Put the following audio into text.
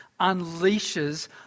unleashes